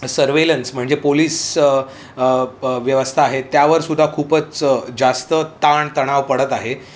surveillance म्हणजे police व्यवस्था आहे त्यावरसुद्धा खूपच जास्त ताण तणाव पडत आहे